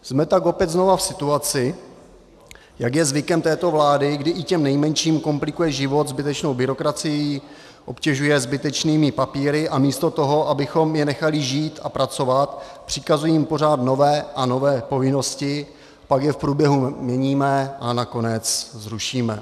Jsme tak opět znova v situaci, jak je zvykem této vlády, kdy i těm nejmenším komplikuje život zbytečnou byrokracií, obtěžuje zbytečnými papíry a místo toho, abychom je nechali žít a pracovat, přikazujeme jim pořád nové a nové povinnosti, pak je v průběhu měníme a nakonec zrušíme.